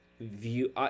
view